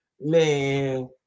man